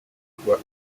woodwork